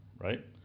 right